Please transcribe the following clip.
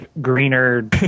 greener